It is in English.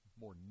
more